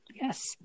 Yes